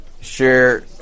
share